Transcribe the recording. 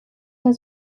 der